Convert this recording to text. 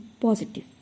positive